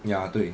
ya 对